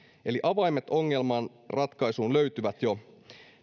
eli avaimet ongelman ratkaisuun löytyvät jo